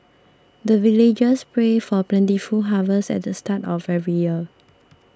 the villagers pray for plentiful harvest at the start of every year